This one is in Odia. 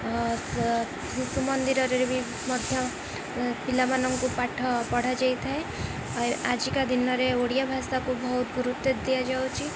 ଶିଶୁ ମନ୍ଦିରରେ ବି ମଧ୍ୟ ପିଲାମାନଙ୍କୁ ପାଠ ପଢ଼ାଯାଇଥାଏ ଆଜିକା ଦିନରେ ଓଡ଼ିଆ ଭାଷାକୁ ବହୁତ ଗୁରୁତ୍ୱ ଦିଆଯାଉଛି